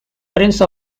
prince